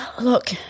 look